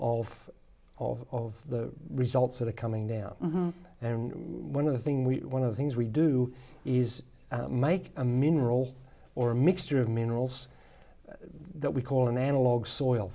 of of the results that are coming down and one of the thing we one of the things we do is make a mineral or a mixture of minerals that we call an analog soil